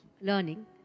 learning